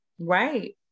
Right